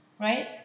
right